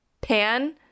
Pan